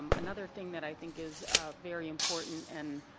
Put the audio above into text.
um another thing that i think is very important and